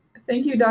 thank you, dr.